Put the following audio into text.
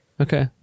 Okay